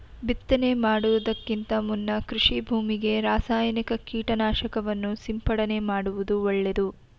ಬಿತ್ತನೆ ಮಾಡುವುದಕ್ಕಿಂತ ಮುನ್ನ ಕೃಷಿ ಭೂಮಿಗೆ ರಾಸಾಯನಿಕ ಕೀಟನಾಶಕವನ್ನು ಸಿಂಪಡಣೆ ಮಾಡುವುದು ಒಳ್ಳೆದು